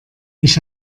ich